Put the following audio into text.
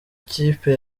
kipe